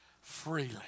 freely